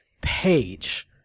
page